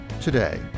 today